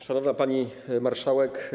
Szanowna Pani Marszałek!